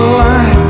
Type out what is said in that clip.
light